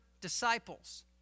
disciples